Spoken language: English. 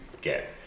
get